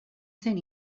zen